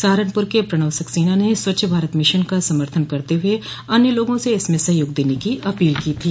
सहारनपुर के प्रणव सक्सेना ने स्वच्छ भारत मिशन का समर्थन करते हुए अन्य लोगों से इसमें सहयोग देने की अपील की थी